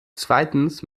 zweitens